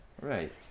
Right